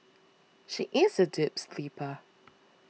she is a deep sleeper